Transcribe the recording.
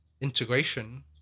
integration